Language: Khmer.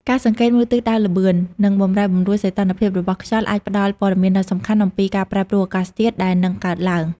ការសង្កេតមើលទិសដៅ ល្បឿន និងបម្រែបម្រួលសីតុណ្ហភាពរបស់ខ្យល់អាចផ្តល់ព័ត៌មានដ៏សំខាន់អំពីការប្រែប្រួលអាកាសធាតុដែលនឹងកើតឡើង។